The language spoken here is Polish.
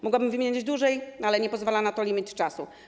Mogłabym wymieniać dłużej, ale nie pozwala na to limit czasu.